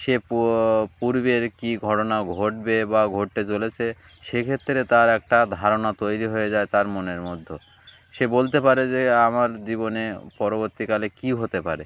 সে প পূর্বের কী ঘটনা ঘটবে বা ঘটতে চলেছে সেক্ষেত্রে তার একটা ধারণা তৈরি হয়ে যায় তার মনের মধ্যে সে বলতে পারে যে আমার জীবনে পরবর্তীকালে কী হতে পারে